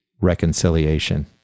reconciliation